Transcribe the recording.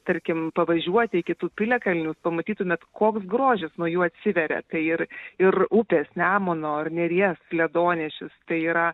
tarkim pavažiuoti iki tų piliakalnių jūs pamatytumėt koks grožis nuo jų atsiveria kai ir ir upės nemuno ir neries ledonešis tai yra